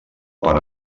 per